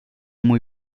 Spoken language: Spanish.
muy